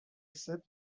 sept